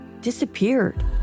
disappeared